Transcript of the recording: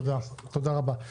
תודה רבה.